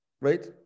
Right